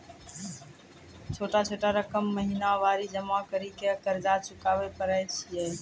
छोटा छोटा रकम महीनवारी जमा करि के कर्जा चुकाबै परए छियै?